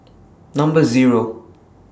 Number Zero